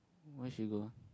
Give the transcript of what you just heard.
where should we go